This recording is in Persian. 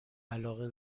علاقه